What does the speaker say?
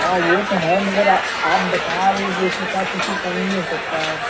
हाँ वह तो है मगर आ आप बता रही थी जिस हिसाब से उससे कम नहीं हो सकता है